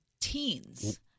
teens